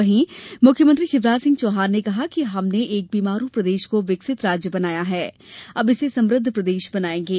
वहीं मुख्यमंत्री शिवराज सिंह चौहान ने कहा कि हमने एक बीमारू प्रदेश को विकसित राज्य बनाया हैअब इसे समृद्ध प्रदेश बनायेंगे